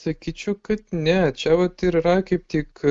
sakyčiau kad ne čia vat ir yra kaip tik